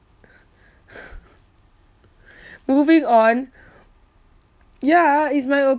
moving on ya is my